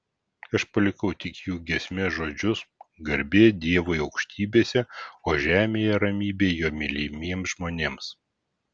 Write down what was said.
aš palikau tik jų giesmės žodžius garbė dievui aukštybėse o žemėje ramybė jo mylimiems žmonėms